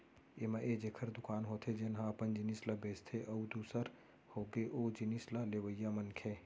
ऐमा एक जेखर दुकान होथे जेनहा अपन जिनिस ल बेंचथे अउ दूसर होगे ओ जिनिस ल लेवइया मनखे